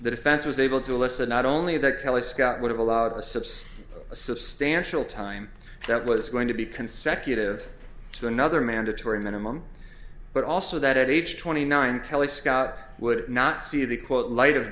the defense was able to elicit not only that kelly scott would have allowed to subside a substantial time that was going to be consecutive to another mandatory minimum but also that at age twenty nine kelly scott would not see the quote light of